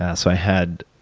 yeah so i had